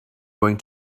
going